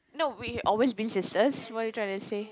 no we always been sisters what you trying to say